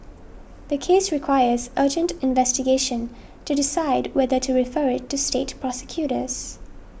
the case requires urgent investigation to decide whether to refer it to state prosecutors